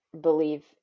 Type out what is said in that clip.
believe